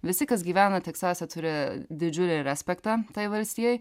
visi kas gyvena teksasę turi didžiulį respektą tai valstijai